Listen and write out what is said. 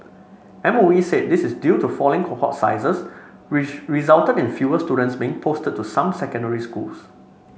M O E said this is due to falling cohort sizes which resulted in fewer students being posted to some secondary schools